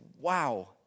wow